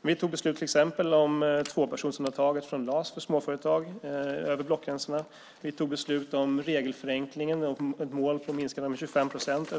Vi tog till exempel beslut, över blockgränsen, om tvåpersonsundantaget från LAS för småföretag. Vi tog beslut, över blockgränsen, om regelförenklingen, om ett mål att minska det med 25 procent.